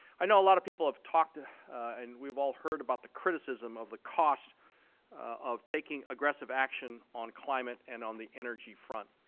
i know a lot of people have talked ah and we've all heard about the criticism of the cost of taking aggressive action on climate and on the energy front.